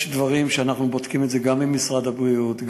יש דברים שאנחנו בודקים אותם גם עם משרד הבריאות,